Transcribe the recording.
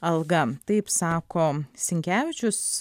alga taip sako sinkevičius